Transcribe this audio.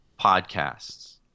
podcasts